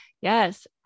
Yes